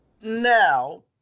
Now